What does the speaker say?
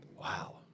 Wow